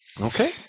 Okay